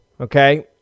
okay